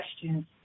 questions